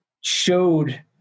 showed